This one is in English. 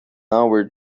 hour